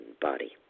body